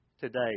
today